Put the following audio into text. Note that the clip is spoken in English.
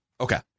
Okay